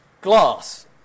Glass